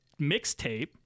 mixtape